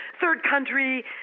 third-country